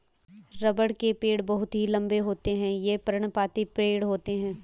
रबड़ के पेड़ बहुत ही लंबे होते हैं ये पर्णपाती पेड़ होते है